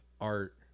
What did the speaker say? art